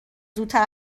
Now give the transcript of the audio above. زودتر